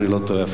אם אני לא טועה,